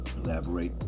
elaborate